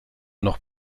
noch